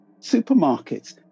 supermarkets